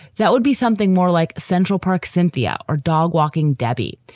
that would be something more like central park synthia or dog walking derby.